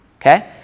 Okay